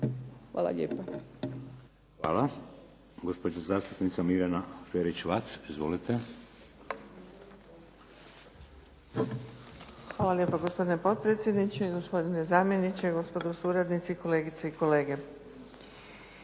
(HDZ)** Hvala. Gospođa zastupnica Mirjana Ferić-Vac. Izvolite. **Ferić-Vac, Mirjana (SDP)** hvala lijepo gospodine potpredsjedniče, gospodine zamjeniče, gospodo suradnici, kolegice i kolege.